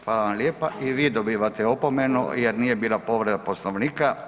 Hvala vam lijepa i vi dobivate opomenu jer nije bila povreda Poslovnika.